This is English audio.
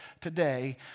today